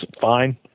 fine